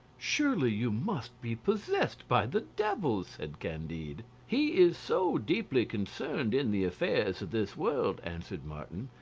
surely you must be possessed by the devil, said candide. he is so deeply concerned in the affairs of this world, answered martin,